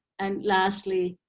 and lastly,